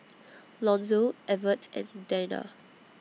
Lonzo Evert and Danna